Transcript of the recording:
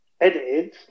edited